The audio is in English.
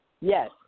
Yes